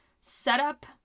setup